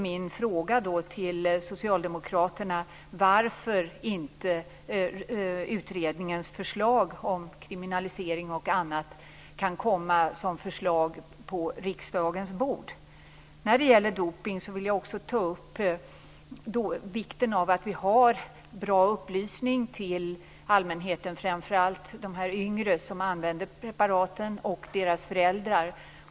Min fråga till socialdemokraterna är varför inte utredningens förslag om t.ex. kriminalisering kan hamna som förslag på riksdagens bord. När det gäller dopning vill jag också ta upp vikten av bra upplysning till allmänheten. Det gäller framför allt de yngre som använder preparaten och deras föräldrar.